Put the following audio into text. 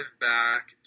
back